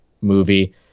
movie